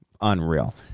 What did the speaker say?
Unreal